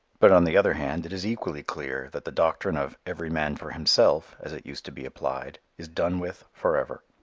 but on the other hand it is equally clear that the doctrine of every man for himself, as it used to be applied, is done with forever.